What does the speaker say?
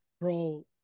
bro